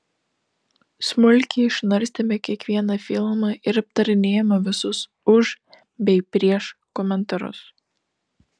smulkiai išnarstėme kiekvieną filmą ir aptarinėjome visus už bei prieš komentarus